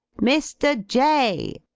mr. jay.